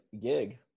gig